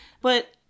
But-